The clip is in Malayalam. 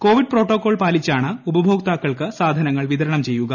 കോവിഡ് പ്രോട്ടോക്കോൾ പാലിച്ചാണ് ഉപഭോക്താക്കൾക്ക് സാധനങ്ങൾ വിതരണം ചെയ്യുക